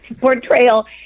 portrayal